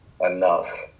enough